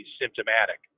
symptomatic